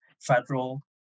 federal